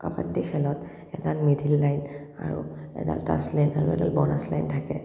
কাবাড্ডী খেলত এডাল middle line আৰু এডাল টাছ লাইন আৰু এডাল বনাচ লাইন থাকে